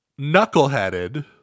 knuckleheaded